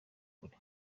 kure